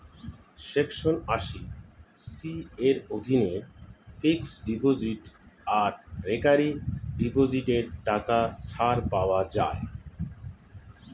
section আশি C এর অধীনে ফিক্সড ডিপোজিট আর রেকারিং ডিপোজিটে টাকা ছাড় পাওয়া যায়